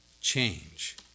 change